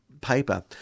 paper